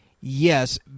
Yes